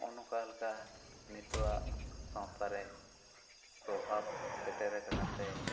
ᱦᱚᱜᱼᱚᱭ ᱱᱚᱠᱟ ᱞᱮᱠᱟ ᱱᱤᱛᱚᱜᱼᱟᱜ ᱥᱟᱶᱛᱟ ᱨᱮ ᱯᱨᱚᱵᱷᱟᱯ ᱥᱮᱴᱮᱨ ᱟᱠᱟᱱᱟ ᱥᱮ